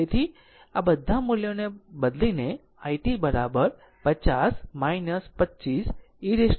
તેથી આ બધા મૂલ્યોને બદલીને i t 50 25 e t 0